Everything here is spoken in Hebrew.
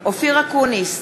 אופיר אקוניס,